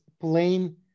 plain